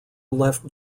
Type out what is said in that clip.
left